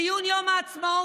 ציון יום העצמאות